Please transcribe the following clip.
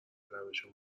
لبشون